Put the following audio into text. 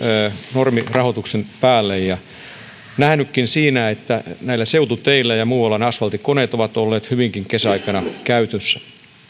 normirahoituksen päälle ja sen on nähnytkin siinä että näillä seututeillä ja muualla asfalttikoneet ovat olleet hyvinkin kesäaikana käytössä